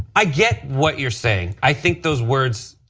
i get what you were saying. i think those words,